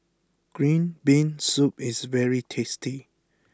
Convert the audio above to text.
Green Bean Soup is very tasty